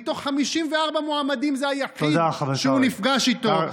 מתוך 54 מועמדים זה היחיד שהוא נפגש איתו.